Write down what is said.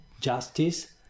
justice